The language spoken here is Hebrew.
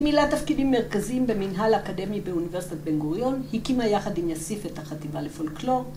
מילאה תפקידים מרכזיים במנהל אקדמי באוניברסיטת בן גוריון, הקימה יחד עם יסיף את החטיבה לפולקלור